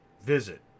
Visit